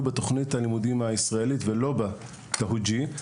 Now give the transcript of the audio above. בתוכנית של מערכת החינוך הישראלית ולא בתוכנית התווג'יה.